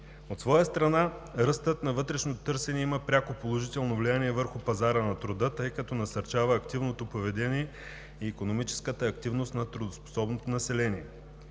От своя страна, ръстът на вътрешното търсене има пряко положително влияние върху пазара на труда, тъй като насърчава активното поведение и икономическата активност на трудоспособното население.